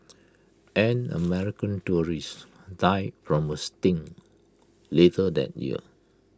an American tourist died from A sting later that year